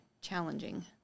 challenging